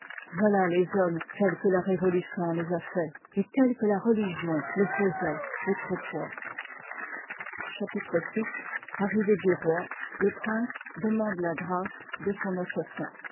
voilà les hommes tels que la re'volution les a faits et tels que la reli gion les faisoit autrefois ii part liv ii j chapitre vi arrivée du roi le prince demande la grâce de son assassin